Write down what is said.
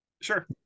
Sure